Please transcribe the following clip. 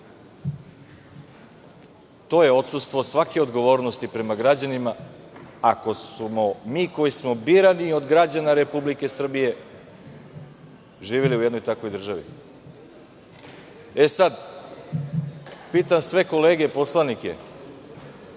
To je odsustvo svake odgovornosti prema građanima, ako smo mi koji smo birani od građana Republike Srbije živeli u jednoj takvoj državi. Sada pitam sve kolege poslanike